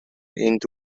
энд